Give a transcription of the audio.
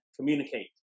communicate